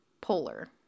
polar